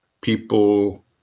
people